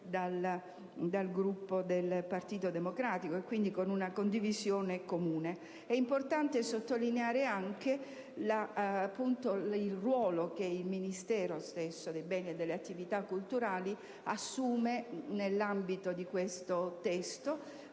dal Gruppo del Partito Democratico, e quindi con una condivisione comune. È importante sottolineare anche il ruolo che il Ministero per i beni e le attività culturali assume nell'ambito di questo testo,